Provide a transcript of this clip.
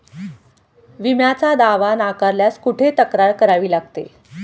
विम्याचा दावा नाकारल्यास कुठे तक्रार करावी लागते?